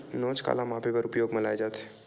नोच काला मापे बर उपयोग म लाये जाथे?